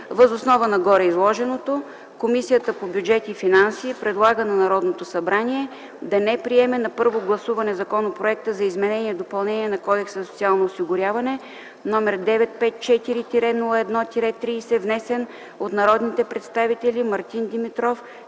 Въз основа на гореизложеното Комисията по бюджет и финанси предлага на Народното събрание да не приеме на първо гласуване Законопроекта за изменение и допълнение на Кодекса за социално осигуряване, № 954-01-30, внесен от народните представители Мартин Димитров,